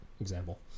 example